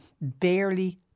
barely